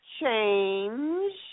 change